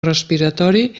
respiratori